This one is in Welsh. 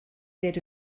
ddweud